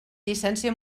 llicència